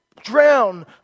drown